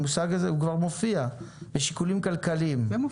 המושג הזה כבר מופיע "משיקולים כלכליים" ב-35(א).